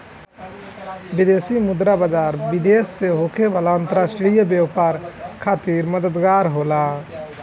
विदेशी मुद्रा बाजार, विदेश से होखे वाला अंतरराष्ट्रीय व्यापार खातिर मददगार होला